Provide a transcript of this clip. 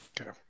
Okay